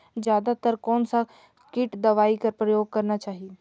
जादा तर कोन स किट दवाई कर प्रयोग करना चाही?